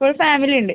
full family ഉണ്ട്